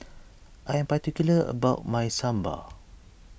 I am particular about my Sambar